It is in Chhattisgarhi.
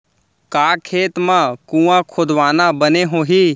का खेत मा कुंआ खोदवाना बने होही?